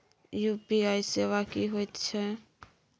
UPI सेवा की होयत छै?